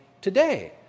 today